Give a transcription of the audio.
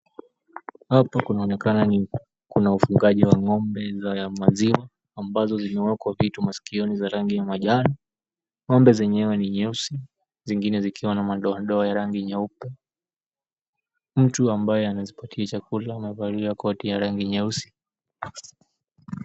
Hapa kunaonekana ni, kuna ufugaji wa ng'ombe za maziwa ambazo zimewekwa vitu maskioni za rangi ya majani. Ng'ombe zenyewe ni nyeusi zingine zikiwa na madoadoa ya rangi nyeupe. Mtu ambaye anazipatia chakula amevalia koti ya rangi nyeusi.